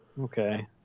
Okay